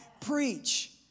preach